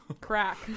crack